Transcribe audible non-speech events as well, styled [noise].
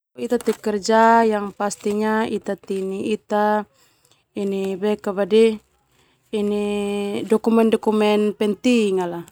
Ita teni ita [hesitation] dokumen-dokumen penting.